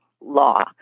law